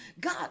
God